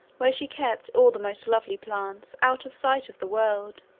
where she kept all the most lovely plants, out of sight of the world.